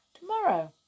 tomorrow